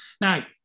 Now